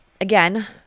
Again